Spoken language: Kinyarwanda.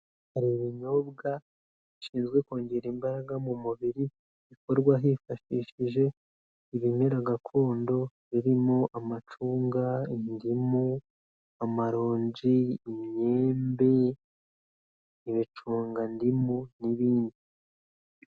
Hari ibinyobwa bishinzwe kongera imbaraga mu mubiri, bikorwa hifashishijejwe ibimera gakondo, birimo amacunga, indimu, amaronji, imyembe, ibicungandimu n'ibindi.